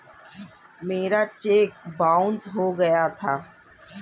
मेरा cheque bounce हो गया था